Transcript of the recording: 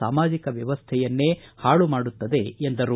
ಸಾಮಾಜಿಕ ವ್ಯವಸ್ಥೆಯನ್ನೇ ಹಾಳು ಮಾಡುತ್ತದೆ ಎಂದರು